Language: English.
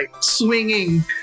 swinging